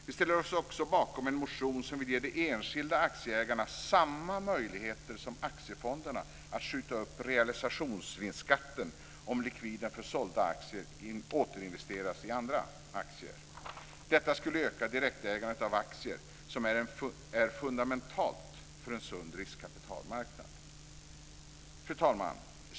Vi ställer oss också bakom en motion som vill ge de enskilda aktieägarna samma möjligheter som när det gäller aktiefonder att skjuta upp realisationsvinstskatten om likviden för sålda aktier återinvesteras i andra aktier. Detta skulle öka direktägandet av aktier, som är fundamentalt för en sund riskkapitalmarknad. Fru talman!